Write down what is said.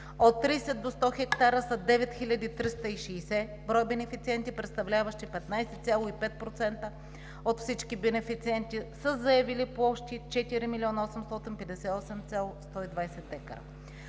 От 30 до 100 хектара са 9360 броя бенефициенти, представляващи 15,5% от всички бенефициенти със заявени площи 4 858,120 декара.